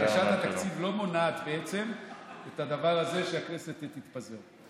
הגשת התקציב לא מונעת בעצם את הדבר הזה שהכנסת תפזר.